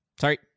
Sorry